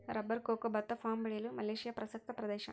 rubber cocoa ಭತ್ತ palm ಬೆಳೆಯಲು Malaysia ಪ್ರಸಕ್ತ ಪ್ರದೇಶ